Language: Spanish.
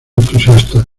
entusiasta